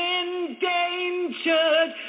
endangered